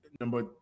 number